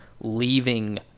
leaving